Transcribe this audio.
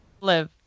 Live